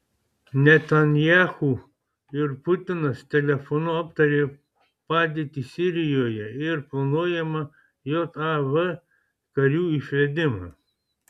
netanyahu ir putinas telefonu aptarė padėtį sirijoje ir planuojamą jav karių išvedimą